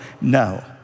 No